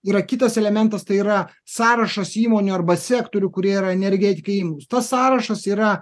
yra kitas elementas tai yra sąrašas įmonių arba sektorių kurie yra energetikai imlūs tas sąrašas yra